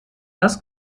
das